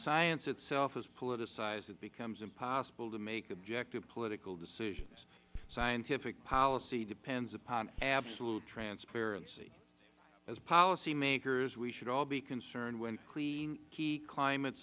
science itself is politicized it becomes impossible to make objective political decisions scientific policy depends upon absolute transparency as policymakers we should all be concerned when key climate